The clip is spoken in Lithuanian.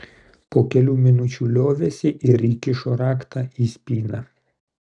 po kelių minučių liovėsi ir įkišo raktą į spyną